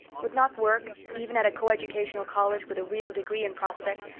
would not work, even at a coeducational college with a real degree in prospect,